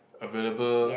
available